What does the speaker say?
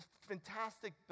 fantastic